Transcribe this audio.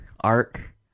arc